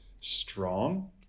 strong